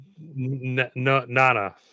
Nana